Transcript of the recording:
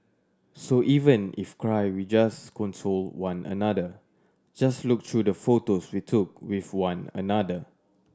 so even if cry we just console one another just look through the photos we took with one another